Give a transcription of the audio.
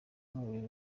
n’umubiri